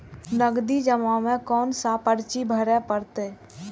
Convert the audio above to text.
नगदी जमा में कोन सा पर्ची भरे परतें?